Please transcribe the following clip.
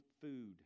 food